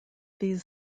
these